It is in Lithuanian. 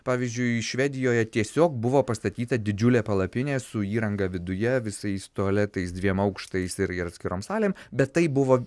pavyzdžiui švedijoje tiesiog buvo pastatyta didžiulė palapinė su įranga viduje visais tualetais dviem aukštais ir atskirom salėm bet tai buvo